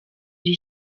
iri